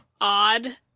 odd